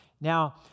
Now